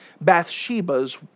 Bathsheba's